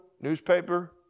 newspaper